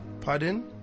Pardon